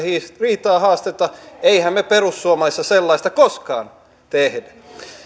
riitaa haasteta emmehän me perussuomalaisissa sellaista koskaan tee